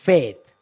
Faith